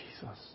Jesus